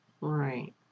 right